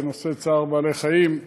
לנושא צער בעלי-חיים,